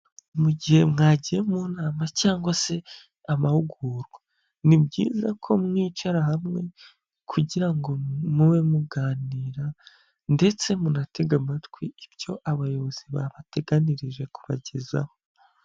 Mu gihe mwagiye mu nama cyangwa se amahugurwa, ni byiza ko mwicara hamwe kugira ngo mube muganira ndetse munatetege amatwi ibyo abayobozi babateganirije kubagezaho.